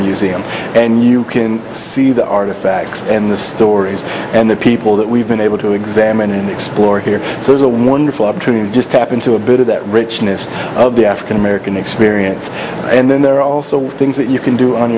museum and you can see the artifacts and the stories and the people that we've been able to examine and explore here so there's a wonderful opportunity just tap into a bit of that richness of the african american experience and then there are also things that you can do on